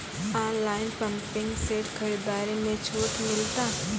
Online pumping set खरीदारी मे छूट मिलता?